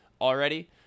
already